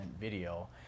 video